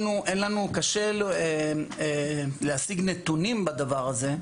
קשה לנו להשיג נתונים על הדבר הזה,